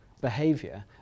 behavior